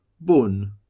Bun